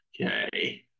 Okay